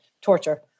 torture